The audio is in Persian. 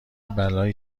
بلایی